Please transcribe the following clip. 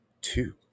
two